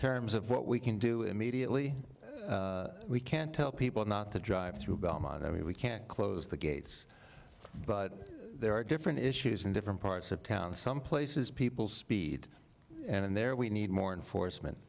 terms of what we can do immediately we can't tell people not to drive through belmont i mean we can't close the gates but there are different issues in different parts of town some places people speed and there we need more in for